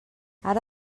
ara